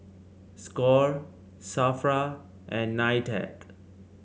Score Safra and Nitec